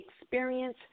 experience